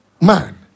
man